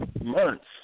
months